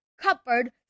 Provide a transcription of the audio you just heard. cupboard